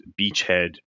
Beachhead